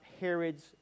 Herod's